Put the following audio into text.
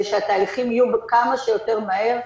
ושהתהליכים יהיו כמה שיותר מהר,